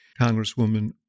Congresswoman